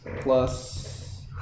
plus